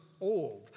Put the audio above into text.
old